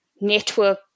network